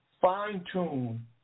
fine-tune